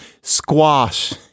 Squash